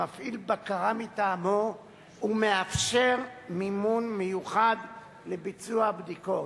המפעיל בקרה מטעמו ומאפשר מימון מיוחד לביצוע הבדיקות.